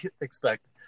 expect